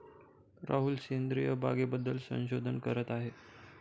राहुल सेंद्रिय बागेबद्दल संशोधन करत आहे